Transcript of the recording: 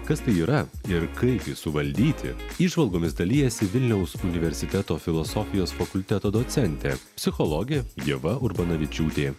kas tai yra ir kaip jį suvaldyti įžvalgomis dalijasi vilniaus universiteto filosofijos fakulteto docentė psichologė ieva urbanavičiūtė